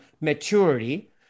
maturity